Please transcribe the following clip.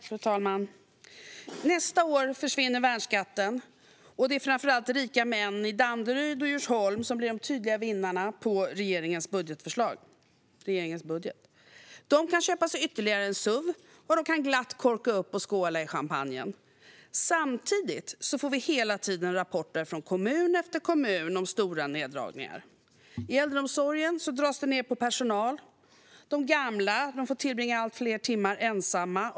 Fru talman! Nästa år försvinner värnskatten, och det är framför allt rika män i Danderyd och Djursholm som blir de tydliga vinnarna på regeringens budget. De kan köpa sig ytterligare en SUV och glatt korka upp och skåla i champagnen. Samtidigt får vi hela tiden rapporter från kommun efter kommun om stora neddragningar. I äldreomsorgen dras det ned på personal. De gamla får tillbringa allt fler timmar ensamma.